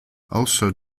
also